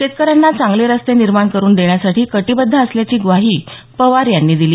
शेतकऱ्यांना चांगले रस्ते निर्माण करून देण्यासाठी कटिबद्ध असल्याची ग्वाही पवार यांनी दिली